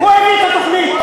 הוא הביא את התוכנית.